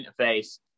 interface